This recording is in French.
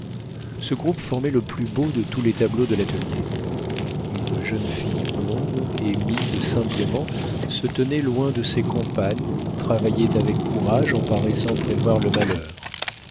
ce groupe formait le plus beau de tous les tableaux de l'atelier une jeune fille blonde et mise simplement se tenait loin de ses compagnes travaillait avec courage en paraissant prévoir le malheur